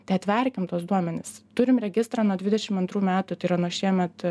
tai atverkim tuos duomenis turim registrą nuo dvidešim antrų metų tai yra nuo šiemet